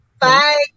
Bye